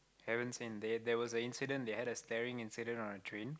haven't seen there was an incident they had a staring incident on the train